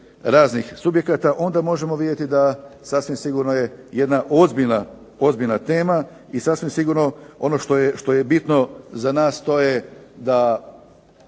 raznih subjekata, onda možemo vidjeti da sasvim sigurno je jedna ozbiljna tema i sasvim sigurno ono što je bitno za nas to je da